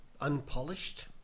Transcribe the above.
unpolished